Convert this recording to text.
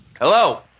Hello